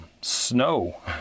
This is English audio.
snow